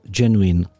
genuine